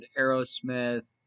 Aerosmith